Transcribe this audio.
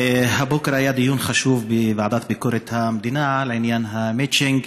הבוקר היה דיון חשוב בוועדה לביקורת המדינה לעניין המצ'ינג